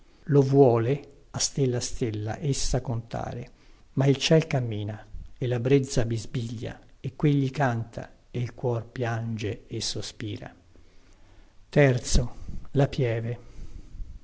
lo vuole a stella a stella essa contare ma il ciel cammina e la brezza bisbiglia e quegli canta e il cuor piange e sospira